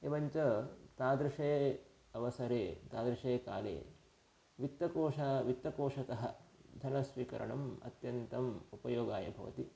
एवञ्च तादृशे अवसरे तादृशे काले वित्तकोषात् वित्तकोषतः धनस्वीकरणम् अत्यन्तम् उपयोगाय भवति